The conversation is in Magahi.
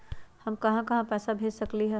हम कहां कहां पैसा भेज सकली ह?